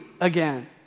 again